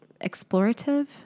explorative